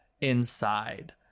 inside